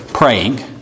praying